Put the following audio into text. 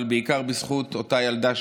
אבל בעיקר בזכות אותה ילדה,